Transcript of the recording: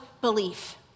belief